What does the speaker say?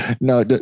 No